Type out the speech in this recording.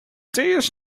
this